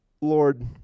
Lord